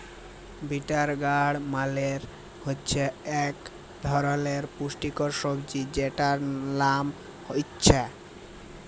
bitter গাড় মালে হছে ইক ধরলের পুষ্টিকর সবজি যেটর লাম উছ্যা